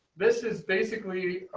this is basically